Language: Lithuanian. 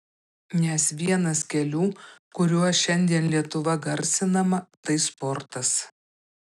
nes vienas kelių kuriuo šiandien lietuva garsinama tai sportas